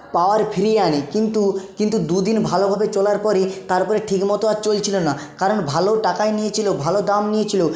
পাওয়ার ফিরিয়ে আনি কিন্তু কিন্তু দুদিন ভালোভাবে চলার পরে তার পরে ঠিকমতো আর চলছিল না কারণ ভালো টাকাই নিয়েছিল ভালো দাম নিয়েছিল